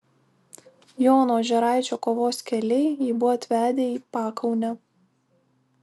jono ožeraičio kovos keliai jį buvo atvedę į pakaunę